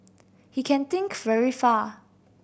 he can think very far